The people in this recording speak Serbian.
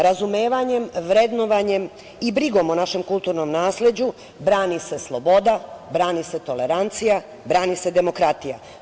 Razumevanjem, vrednovanjem i brigom o našem kulturnom nasleđu brani se sloboda, brani se tolerancija, brani se demokratija.